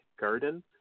Garden